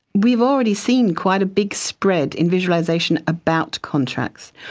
we've already seen quite a big spread in visualisation about contracts.